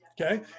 Okay